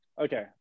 okay